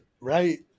Right